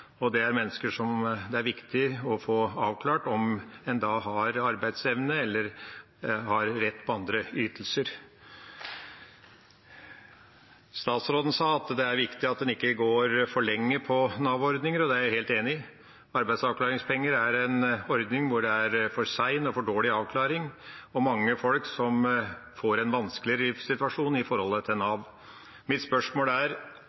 og det er mennesker som det er viktig å få avklart om har arbeidsevne, eller om de har rett på andre ytelser. Statsråden sa at det er viktig at en ikke går for lenge på Nav-ordninger, og det er jeg helt enig i. Arbeidsavklaringspenger er en ordning hvor det er for sen og for dårlig avklaring for mange folk som får en vanskeligere livssituasjon i forholdet til Nav. Mitt spørsmål er: